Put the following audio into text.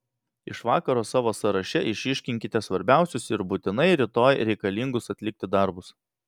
iš vakaro savo sąraše išryškinkite svarbiausius ir būtinai rytoj reikalingus atlikti darbus